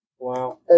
Wow